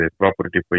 property